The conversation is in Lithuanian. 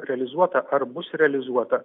realizuota ar bus realizuota